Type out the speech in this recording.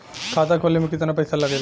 खाता खोले में कितना पैसा लगेला?